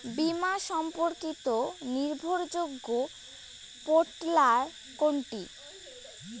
বীমা সম্পর্কিত নির্ভরযোগ্য পোর্টাল কোনটি?